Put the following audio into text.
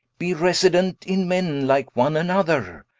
be resident in men like one another,